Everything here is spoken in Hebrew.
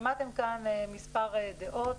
שמעתם כאן מספר דעות.